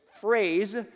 phrase